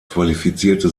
qualifizierte